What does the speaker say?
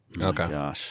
Okay